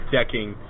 decking